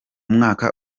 mwaka